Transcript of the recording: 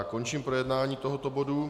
Končím projednání tohoto bodu.